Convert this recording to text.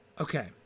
Okay